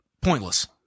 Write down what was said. Pointless